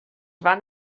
van